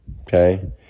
okay